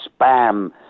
spam